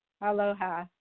Aloha